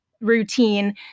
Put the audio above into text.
routine